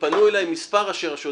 פנו אליי מספר ראשי רשויות.